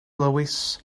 lewis